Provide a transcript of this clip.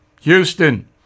Houston